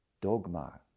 dogma